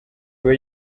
aba